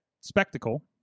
Spectacle